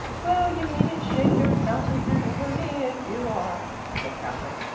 well, you needn't shake your fountain pen over me, if you are, said katherine.